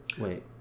wait